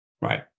right